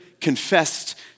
confessed